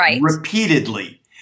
repeatedly